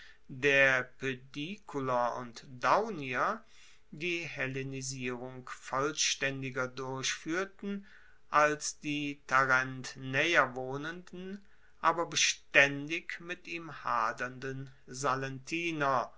der poediculer und daunier die hellenisierung vollstaendiger durchfuehrten als die tarent naeher wohnenden aber bestaendig mit ihm hadernden